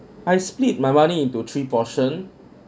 I split my money into three portion